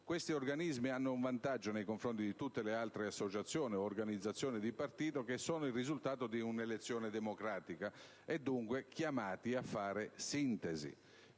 Questi organismi hanno un vantaggio nei confronti di tutte le altre associazioni o organizzazioni di partito: sono il risultato di un'elezione democratica e, dunque, chiamati a fare sintesi.